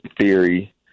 theory